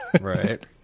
Right